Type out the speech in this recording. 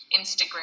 Instagram